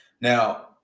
Now